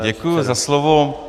Děkuji za slovo.